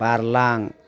बारलां